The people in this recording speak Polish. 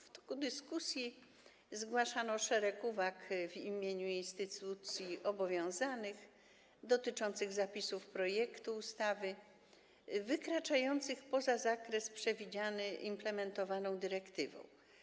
W toku dyskusji zgłaszano szereg uwag w imieniu instytucji obowiązanych dotyczących zapisów projektu ustawy, wykraczających poza zakres przewidziany implementowaną dyrektywą.